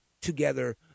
together